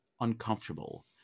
uncomfortable